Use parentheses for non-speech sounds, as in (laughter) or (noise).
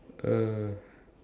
uh (breath)